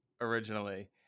originally